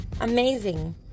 amazing